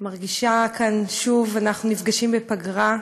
אני מרגישה כאן, שוב אנחנו נפגשים בפגרה,